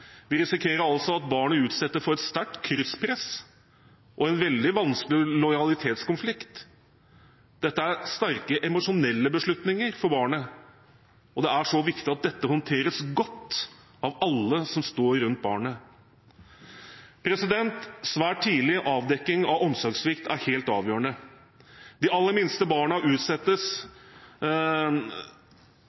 Vi risikerer altså at barnet utsettes for et sterkt krysspress og en veldig vanskelig lojalitetskonflikt. Dette er sterke emosjonelle beslutninger for barnet, og det er så viktig at dette håndteres godt av alle som står rundt barnet. Svært tidlig avdekking av omsorgssvikt er helt avgjørende. De aller minste barna som utsettes